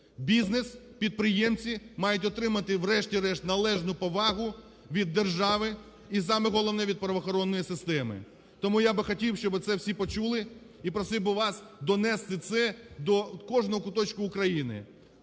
Бізнес, підприємці мають отримати врешті-решт належну повагу від держави і саме головне, від правоохоронної системи. Тому я хотів, щоби це всі почули, і просив би вас донести це до кожного куточка України.